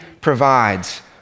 provides